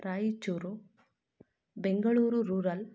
Raichur Bengaluru rural